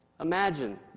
Imagine